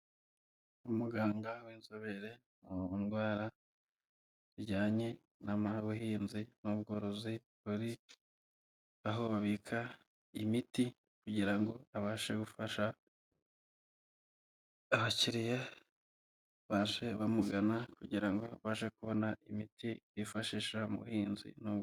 Umuganga w'inzobere mu ndwara zijyanye n'ubuhinzi n'ubworozi, uri aho babika imiti kugira ngo abashe gufasha abakiriya baje bamugana, kugira ngo abashe kubona imiti bifashisha mu buhinzi n'ubworozi.